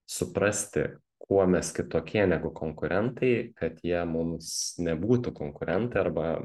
suprasti kuo mes kitokie negu konkurentai kad jie mums nebūtų konkurentai arba